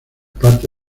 parte